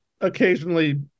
occasionally